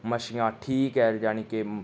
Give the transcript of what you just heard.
मच्छियां ठीक ऐ जानि के